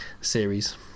series